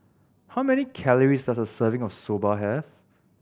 how many calories does a serving of Soba have